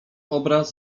obraz